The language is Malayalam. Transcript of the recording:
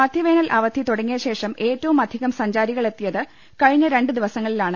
മധ്യവേനൽ അവധി തുടങ്ങിയശേഷം ഏറ്റവും പ്രവിശധികം സഞ്ചാരികളെത്തിയത് കഴിഞ്ഞ രണ്ട് ദിവസങ്ങളിലാണ്